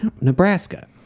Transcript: Nebraska